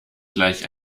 gleich